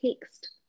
text